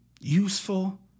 Useful